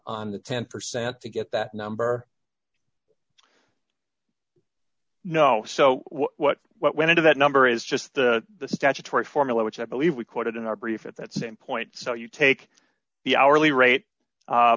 the ten percent to get that number no so what what went into that number is just the statutory formula which i believe we quoted in our brief at that same point so you take the hourly rate